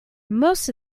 most